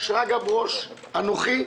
שרגא ברוש, אנוכי,